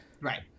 right